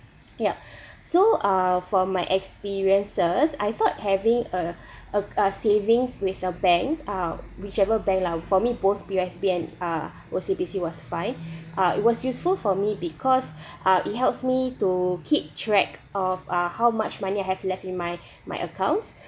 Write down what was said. ya so uh from my experiences I thought having a a uh savings with a bank ah whichever bank lah for me both P_O_S_B and ah O_C_B_C was fine uh it was useful for me because uh it helps me to keep track of uh how much money I have left in my my accounts